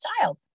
child